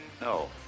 No